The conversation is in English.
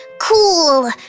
cool